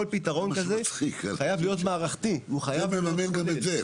איזה מצחיק, הוא לממן גם את זה.